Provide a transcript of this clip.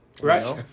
Right